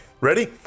Ready